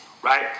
Right